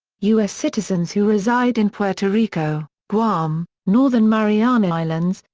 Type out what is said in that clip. u s. citizens who reside in puerto rico, guam, northern mariana islands,